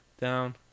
down